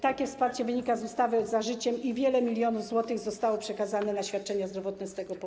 Takie wsparcie wynika z ustawy „Za życiem” i wiele milionów złotych zostało przekazanych na świadczenia zdrowotne z tego tytułu.